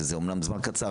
שזה אמנם זמן קצר,